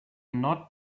not